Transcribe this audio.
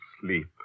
Sleep